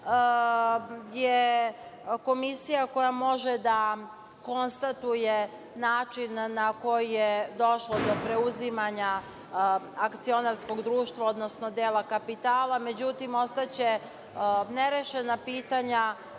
je komisija koja može da konstatuje način na koji je došlo do preuzimanja akcionarskog društva, odnosno dela kapitala, međutim, ostaće nerešena pitanja